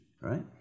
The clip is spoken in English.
right